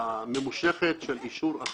הממושכת של אישור הצווים.